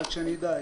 רק שאדע.